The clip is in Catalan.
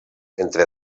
entre